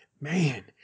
Man